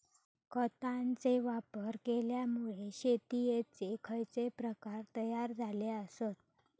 खतांचे वापर केल्यामुळे शेतीयेचे खैचे प्रकार तयार झाले आसत?